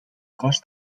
cos